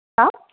छा